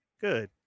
Good